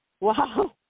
Wow